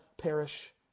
perish